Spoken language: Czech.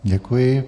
Děkuji.